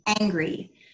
angry